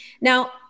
Now